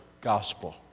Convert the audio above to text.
gospel